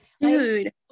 dude